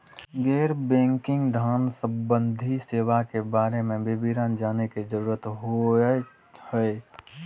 गैर बैंकिंग धान सम्बन्धी सेवा के बारे में विवरण जानय के जरुरत होय हय?